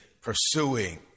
pursuing